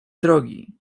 drogi